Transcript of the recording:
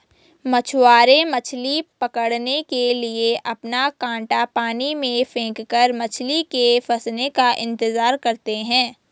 मछुआरे मछली पकड़ने के लिए अपना कांटा पानी में फेंककर मछली के फंसने का इंतजार करते है